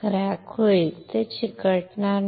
crack होईल ते चिकटणार नाही